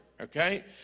okay